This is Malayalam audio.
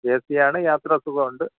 ഏ സി യാണ് യാത്ര സുഖം ഉണ്ട്